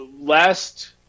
last